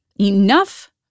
enough